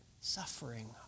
suffering